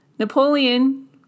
Napoleon